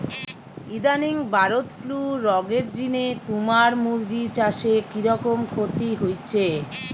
ইদানিং bird flu রগের জিনে তুমার মুরগি চাষে কিরকম ক্ষতি হইচে?